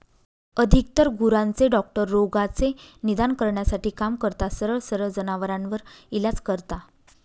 अधिकतर गुरांचे डॉक्टर रोगाचे निदान करण्यासाठी काम करतात, सरळ सरळ जनावरांवर इलाज करता